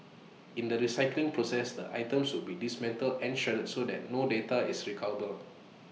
in the recycling process the items will be dismantled and shredded so that no data is recoverable